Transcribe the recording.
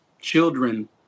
children